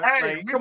Hey